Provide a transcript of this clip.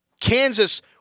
Kansas